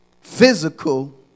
Physical